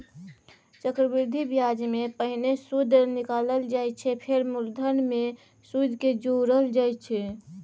चक्रबृद्धि ब्याजमे पहिने सुदि निकालल जाइ छै फेर मुलधन मे सुदि केँ जोरल जाइ छै